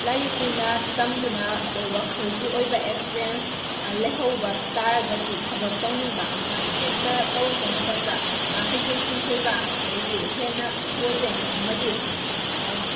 ꯂꯥꯏꯔꯤꯛ ꯀꯨꯏꯅ ꯇꯝꯗꯨꯅ ꯑꯗꯩ ꯋꯥꯈꯜꯒꯤ ꯑꯣꯏꯕ ꯑꯦꯛꯁꯄ꯭ꯔꯦꯟꯁ ꯂꯩꯍꯧꯕ ꯇꯥꯔꯒꯗꯤ ꯊꯕꯛ ꯇꯧꯅꯤꯡꯕ ꯑꯃ ꯍꯦꯛꯇ ꯇꯧꯔꯛꯄ ꯃꯇꯝꯗ ꯍꯩꯊꯣꯏ ꯁꯤꯡꯊꯣꯏꯕ ꯑꯗꯩꯗꯤ ꯍꯦꯟꯅ ꯑꯣꯏꯒꯅꯤ ꯑꯃꯗꯤ